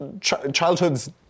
childhoods